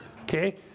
okay